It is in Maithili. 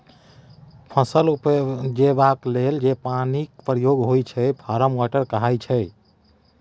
फसल उपजेबाक लेल जे पानिक प्रयोग होइ छै फार्म वाटर कहाइ छै